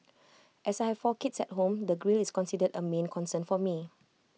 as I have four kids at home the grille is considered A main concern for me